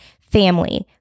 Family